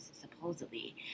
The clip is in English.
supposedly